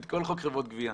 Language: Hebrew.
את כל חוק חברות הגבייה,